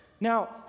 Now